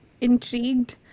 intrigued